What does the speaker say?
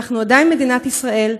אנחנו עדיין מדינת ישראל,